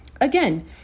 Again